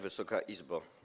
Wysoka Izbo!